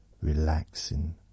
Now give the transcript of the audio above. Relaxing